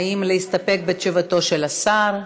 האם להסתפק בתשובתו של השר?